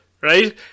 right